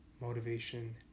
motivation